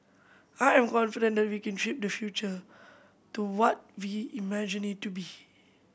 I am confident that we can shape the future to what we imagine it to be